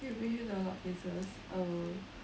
it will bring you to alot of places err